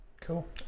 Cool